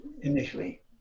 initially